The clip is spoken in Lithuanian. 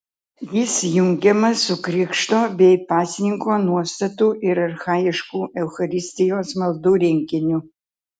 jis jungiamas su krikšto bei pasninko nuostatų ir archajiškų eucharistijos maldų rinkiniu